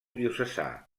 diocesà